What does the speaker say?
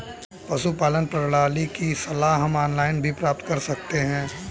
पशुपालन प्रणाली की सलाह हम ऑनलाइन भी प्राप्त कर सकते हैं